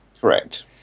Correct